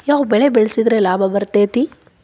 ಯಾವ ಬೆಳಿ ಬೆಳ್ಸಿದ್ರ ಲಾಭ ಬರತೇತಿ?